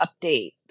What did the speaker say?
update